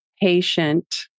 patient